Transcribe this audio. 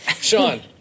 Sean